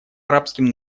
арабским